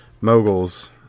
moguls